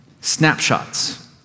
snapshots